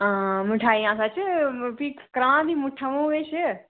आं मठेआइयां सच्चें फ्ही करा मिट्ठा मूंह् किश